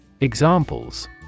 Examples